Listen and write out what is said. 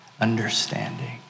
understanding